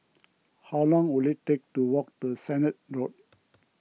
how long will it take to walk to Sennett Road